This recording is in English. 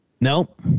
Nope